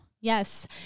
Yes